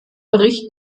bericht